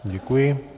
Děkuji.